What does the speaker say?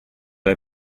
del